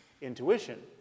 intuition